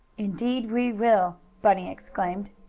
indeed we will! bunny exclaimed.